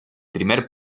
primer